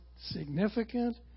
significant